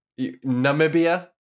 namibia